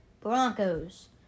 Broncos